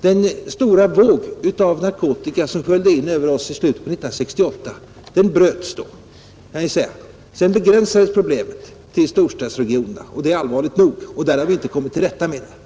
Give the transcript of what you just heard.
Den stora våg av narkotika som sköljde in över oss i slutet av 1968 bröts då. Sedan har problemen koncentrerats till storstadsregionerna, och det är allvarligt nog. Där har vi inte heller kommit till rätta med problemen.